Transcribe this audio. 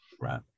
Right